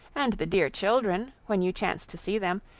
and the dear children, when you chance to see them,